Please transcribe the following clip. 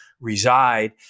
reside